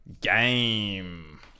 game